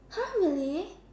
[huh] really